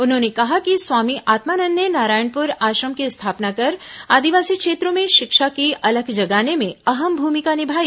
उन्होंने कहा कि स्वामी आत्मानंद ने नारायणपुर आश्रम की स्थापना कर आदिवासी क्षेत्रों में शिक्षा की अलख जगाने में अहम भूमिका निभाई